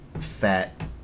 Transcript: fat